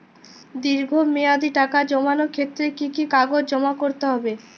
দীর্ঘ মেয়াদি টাকা জমানোর ক্ষেত্রে কি কি কাগজ জমা করতে হবে?